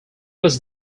was